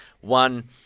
One